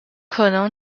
可能